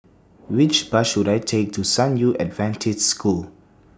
Which Bus should I Take to San Yu Adventist School